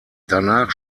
danach